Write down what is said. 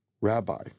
Rabbi